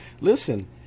listen